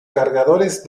cargadores